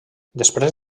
després